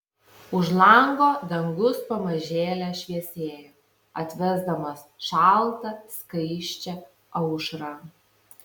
už lango dangus pamažėle šviesėjo atvesdamas šaltą skaisčią aušrą